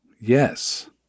Yes